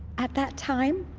at that time,